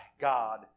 God